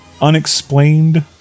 Unexplained